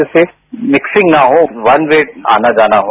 जिससे मिक्सिंग न हो वन वे आना जाना हो